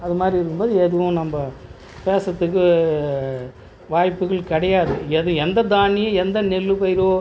அது மாதிரி இருக்கும் போது எதுவும் நம்ம பேசுகிறதுக்கு வாய்ப்புகள் கிடையாது எது எந்த தானியம் எந்த நெல் பயிரோ